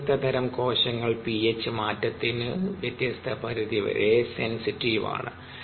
വ്യത്യസ്ത തരം കോശങ്ങൾ പിഎച്ച് മാറ്റത്തിനു വ്യത്യസ്ത പരിധിവരെ സെൻസിറ്റീവ് ആണ്